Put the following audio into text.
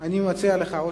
אני מציע לך או